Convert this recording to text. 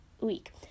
week